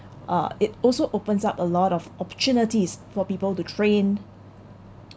uh it also opens up a lot of opportunities for people to train